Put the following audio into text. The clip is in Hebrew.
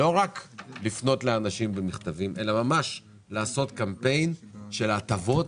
לא רק לפנות לאנשים במכתבים אלא ממש לעשות קמפיין של הטבות